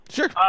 Sure